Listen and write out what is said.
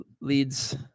leads